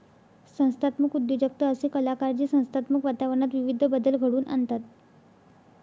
संस्थात्मक उद्योजकता असे कलाकार जे संस्थात्मक वातावरणात विविध बदल घडवून आणतात